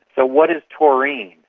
so what is taurine?